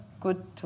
good